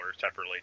separately